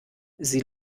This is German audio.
sie